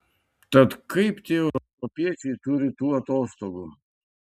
tad kaip tie europiečiai turi tų atostogų